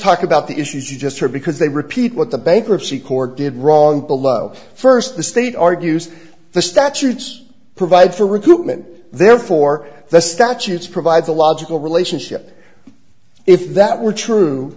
talk about the issues you just heard because they repeat what the bankruptcy court did wrong below first the state argues the statutes provide for recruitment therefore the statutes provides a logical relationship if that were true